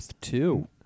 two